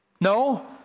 No